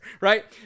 right